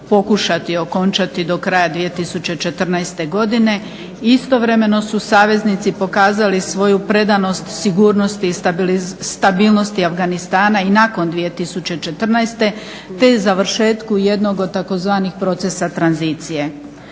pokušati okončati do kraja 2014. godine i istovremeno su saveznici pokazali svoju predanost sigurnosti i stabilnosti Afganistana i nakon 2014. te završetku jednog od tzv. procesa tranzicije.